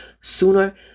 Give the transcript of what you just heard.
sooner